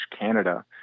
Canada